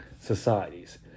societies